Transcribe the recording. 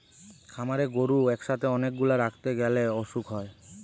খামারে গরু একসাথে অনেক গুলা রাখতে গ্যালে অসুখ হয়